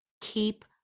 Keep